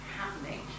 happening